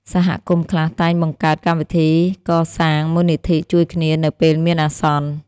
សហគមន៍ខ្លះតែងបង្កើតកម្មវិធីកសាងមូលនិធិជួយគ្នានៅពេលមានអាសន្ន។